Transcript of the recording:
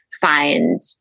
find